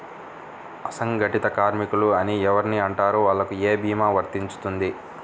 అసంగటిత కార్మికులు అని ఎవరిని అంటారు? వాళ్లకు ఏ భీమా వర్తించుతుంది?